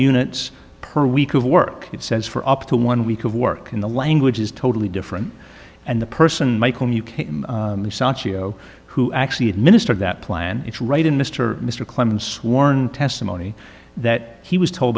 units per week of work it says for up to one week of work in the language is totally different and the person who actually administered that plan is right in mr mr clemens sworn testimony that he was told